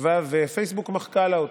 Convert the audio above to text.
כתבה ופייסבוק מחקה לה אותו,